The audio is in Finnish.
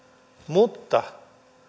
mutta